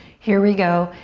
here we go.